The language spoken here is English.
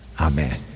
Amen